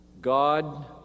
God